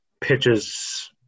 pitches